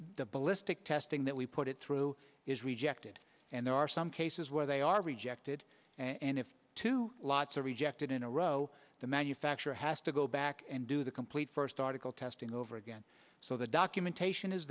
ballistic testing that we put it through is rejected and there are some cases where they are rejected and if two lots are rejected in a row the manufacturer has to go back and do the complete first article testing over again so the documentation is